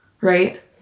right